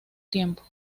tiempo